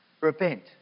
repent